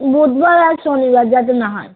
বুধবার আর শনিবার যাতে না হয়